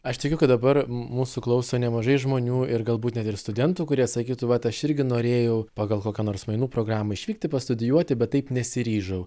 aš tikiu kad dabar mūsų klauso nemažai žmonių ir galbūt net ir studentų kurie sakytų vat aš irgi norėjau pagal kokią nors mainų programą išvykti pastudijuoti bet taip nesiryžau